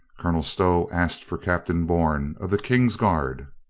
colonel stow asked for captain bourne of the king's guard.